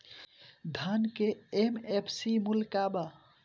धान के एम.एफ.सी मूल्य का बा?